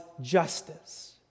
justice